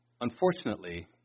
Unfortunately